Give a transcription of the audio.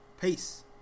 peace